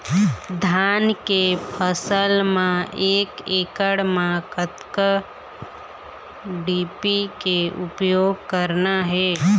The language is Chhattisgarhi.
धान के फसल म एक एकड़ म कतक डी.ए.पी के उपयोग करना हे?